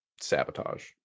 sabotage